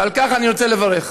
ועל כך אני רוצה לברך.